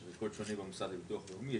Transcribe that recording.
יש קוד שונה במוסד לביטוח לאומי,